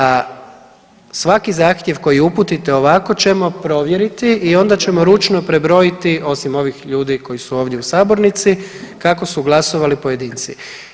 A svaki zahtjev koji uputite ovako ćemo provjeriti i onda ćemo ručno prebrojiti osim ovih ljudi koji su ovdje u sabornici kako su glasovali pojedinci.